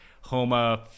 Homa